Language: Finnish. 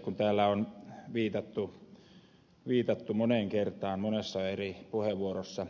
kun täällä on viitattu moneen kertaan monessa eri puheenvuorossa